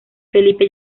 felipe